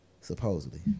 Supposedly